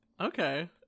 Okay